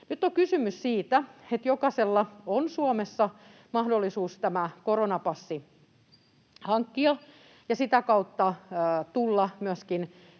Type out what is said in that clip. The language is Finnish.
Nyt on kysymys siitä, että jokaisella on Suomessa mahdollisuus tämä koronapassi hankkia ja sitä kautta tulla myöskin